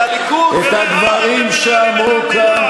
אתם הובלתם את ההתנתקות,